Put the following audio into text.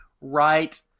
right